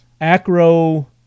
Acro